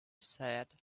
said